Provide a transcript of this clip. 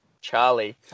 Charlie